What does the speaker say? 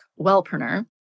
Wellpreneur